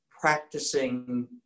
practicing